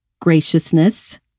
graciousness